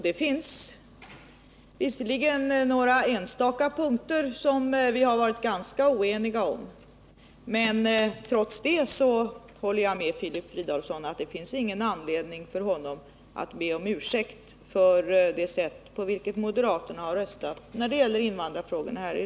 Det finns visserligen några enstaka punkter som vi har varit ganska oeniga om, men trots det håller jag med Filip Fridolfsson om att det inte finns någon anledning för honom att be om ursäkt för det sätt på vilket moderaterna har röstat i riksdagen när det gäller invandrarfrågorna.